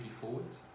forwards